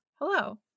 Hello